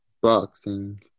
boxing